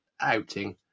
outing